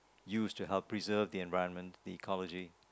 used to help preserve the environment the ecology